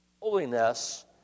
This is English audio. holiness